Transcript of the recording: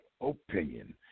opinion